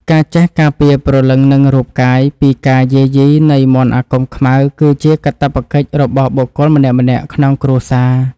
ការចេះការពារព្រលឹងនិងរូបកាយពីការយាយីនៃមន្តអាគមខ្មៅគឺជាកាតព្វកិច្ចរបស់បុគ្គលម្នាក់ៗក្នុងគ្រួសារ។